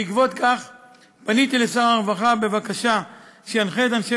בעקבות זאת פניתי אל שר הרווחה בבקשה שינחה את אנשי